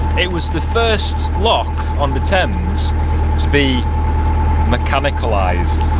it was the first lock on the thames to be mechanicalised.